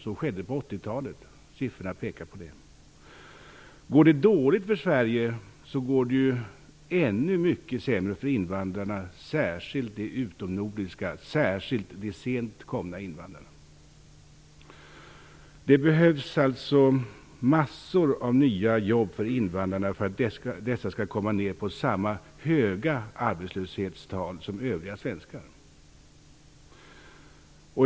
Så skedde på 80-talet. Siffrorna pekar på det. Går det dåligt för Sverige går det ju ännu mycket sämre för invandrarna, särskilt de utomnordiska och de sent komna invandrarna. Det behövs alltså massor av nya jobb för invandrarna för att dessa skall komma ner på samma höga arbetslöshetstal som övriga svenskar.